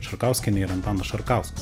šarkauskienė ir antanas šarkauskas